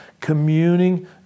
communing